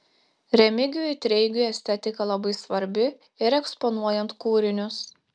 remigijui treigiui estetika labai svarbi ir eksponuojant kūrinius